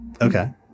Okay